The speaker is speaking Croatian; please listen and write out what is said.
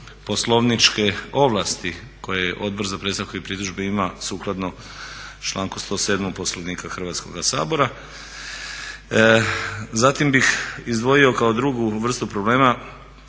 poslovničke ovlasti koje Odbor za predstavke i pritužbe ima sukladno članku 107. Poslovnika Hrvatskog sabora. Zatim bih izdvojio kao drugu vrstu problema